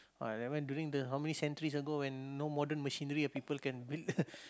ah that one during the how many centuries ago when no modern machinery people can build